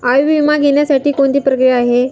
आयुर्विमा घेण्यासाठी कोणती प्रक्रिया आहे?